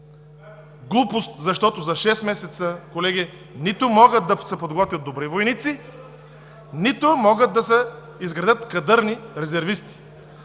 Глупост, защото за шест месеца, колеги, нито могат да се подготвят добри войници, нито могат да се изградят кадърни резервисти.